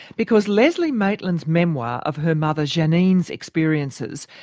because leslie maitland's memoir of her mother janine's experiences,